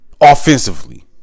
Offensively